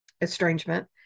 estrangement